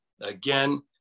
again